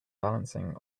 balancing